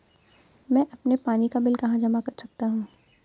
मैं अपने पानी का बिल कहाँ जमा कर सकता हूँ?